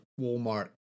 Walmart